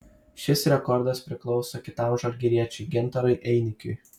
šis rekordas priklauso kitam žalgiriečiui gintarui einikiui